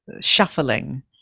shuffling